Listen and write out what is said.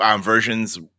versions